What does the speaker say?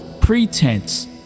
pretense